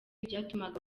byatumaga